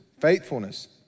faithfulness